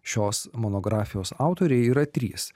šios monografijos autoriai yra trys